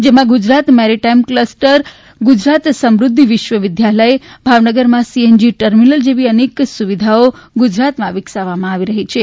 જેમાં ગુજરાત મેરીટાઇમ કલ્ટરગુજરાત સમૃદ્ધિ વિશ્વ વિદ્યાલય ભાવનગરમાં સીએનજી ટર્મિનલ જેવી અનેક સુવિધાઓ ગુજરાતમાં વિકસાવવામાં આવી રહી છે